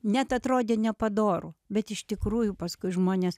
net atrodė nepadoru bet iš tikrųjų paskui žmonės